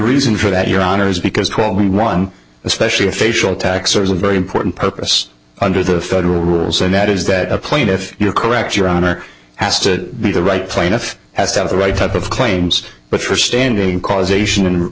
reason for that your honor is because call me one especially a facial taxers a very important purpose under the federal rules and that is that a plane if you're correct your honor has to be the right plaintiff has to have the right type of claims but for standing causation